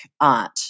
art